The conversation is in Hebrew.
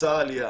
רוצה עלייה,